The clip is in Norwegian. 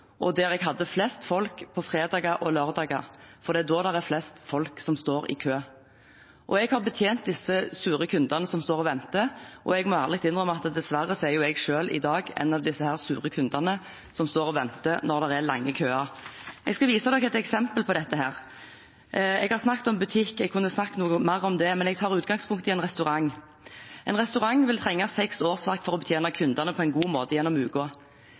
og der hadde jeg flest folk på fredager og lørdager, for det er da det er flest folk som står i kø. Jeg har betjent disse sure kundene som står og venter, og jeg må ærlig innrømme at dessverre er jeg selv i dag en av disse sure kundene som står og venter når det er lange køer. Jeg skal vise et eksempel på dette. Jeg har snakket om butikk, og jeg kunne snakket mer om det, men jeg tar utgangspunkt i en restaurant. En restaurant vil trenge seks årsverk for å betjene kundene på en god måte gjennom